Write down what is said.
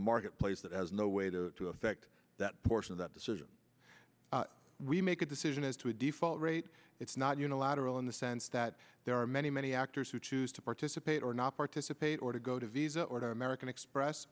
a marketplace that has no way to to effect that portion of that decision we make a decision as to a default rate it's not unilateral in the sense that there are many many actors who choose to participate or not participate or to go to visa or american express